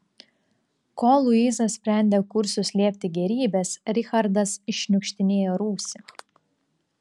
kol luiza sprendė kur suslėpti gėrybes richardas iššniukštinėjo rūsį